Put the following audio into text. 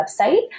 website